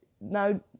now